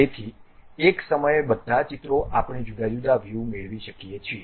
તેથી એક સમયે બધા ચિત્રો આપણે જુદા જુદા વ્યુ મેળવી શકીએ છીએ